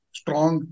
strong